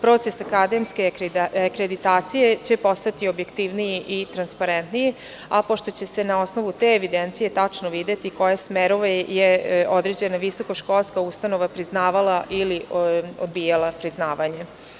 Proces akademske akreditacije će postati objektivniji i transparentniji, a pošto će se na osnovu te evidencije tačno videti koje je smerove određena visokoškolska ustanova priznavala ili odbijala priznavanja.